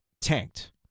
tanked